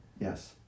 Yes